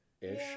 ish